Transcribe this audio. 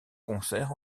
concert